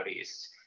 east